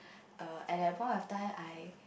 err at that point of time I